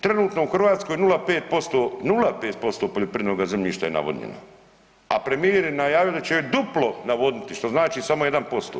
Trenutno u Hrvatskoj 0,5%, 0,5% poljoprivrednoga zemljišta je navodnjeno, a premijer je najavio da će duplo navodniti što znači samo 1%